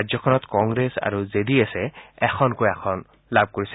ৰাজ্যখনত কংগ্ৰেছ আৰু J D এছে এখনকৈ আসন লাভ কৰিছে